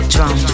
Drum